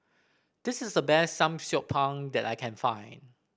this is the best Samgyeopsal that I can find